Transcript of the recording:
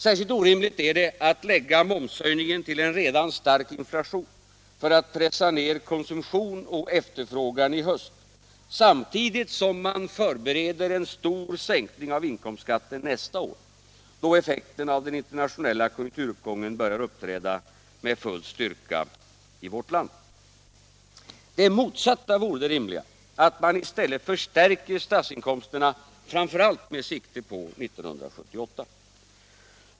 Särskilt orimligt är det att lägga momshöjningen till en redan stark inflation för att pressa ner konsumtion och efterfrågan i höst, samtidigt som man förbereder en stor sänkning av inkomstskatten nästa år — då effekterna av den internationella konjunkturuppgången börjar uppträda med full styrka i vårt land. Det motsatta vore det rimliga — att man i stället förstärker statsinkomsterna framför allt med sikte på 1978.